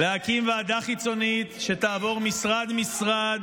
להקים ועדה חיצונית שתעבור משרד-משרד,